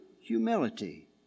humility